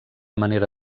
manera